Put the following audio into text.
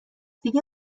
دیگه